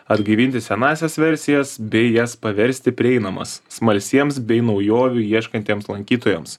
atgaivinti senąsias versijas bei jas paversti prieinamas smalsiems bei naujovių ieškantiems lankytojams